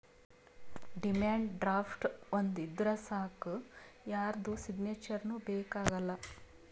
demand draft ಒಂದ್ ಇದ್ದೂರ್ ಸಾಕ್ ಯಾರ್ದು ಸಿಗ್ನೇಚರ್ನೂ ಬೇಕ್ ಆಗಲ್ಲ